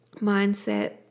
mindset